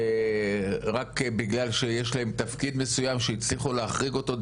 רק בגלל שיש להם תפקיד מסוים שהצליחו להחריג אותו,